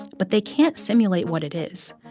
but they can't simulate what it is.